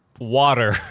water